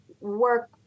work